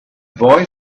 boy